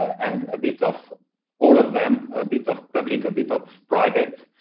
and a bit of all of them, a bit of public, a bit of private,